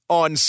on